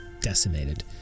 decimated